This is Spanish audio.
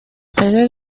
sede